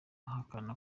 ahakana